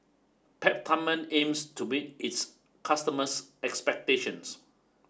Peptamen aims to meet its customers' expectations